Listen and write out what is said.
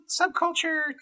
subculture